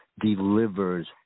delivers